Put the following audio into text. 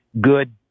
good